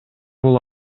бул